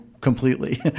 completely